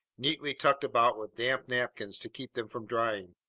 neatly tucked about with damp napkins to keep them from drying.